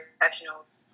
professionals